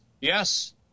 Yes